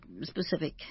specific